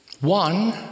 One